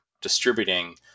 distributing